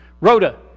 Rhoda